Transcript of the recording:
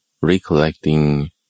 recollecting